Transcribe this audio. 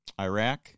Iraq